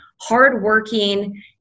hardworking